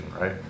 right